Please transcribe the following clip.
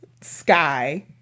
sky